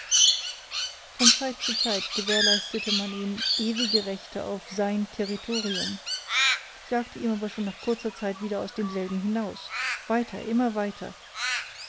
von zeit zu zeit gewährleistete man ihm ewige rechte auf sein territorium jagte ihn aber schon nach kurzer zeit wieder aus demselben hinaus weiter immer weiter